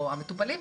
או המטופלים,